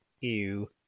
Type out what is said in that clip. Ew